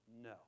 no